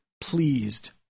pleased